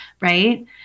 Right